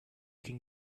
can